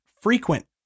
frequent